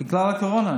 בגלל הקורונה.